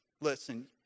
Listen